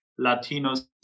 Latinos